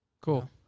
cool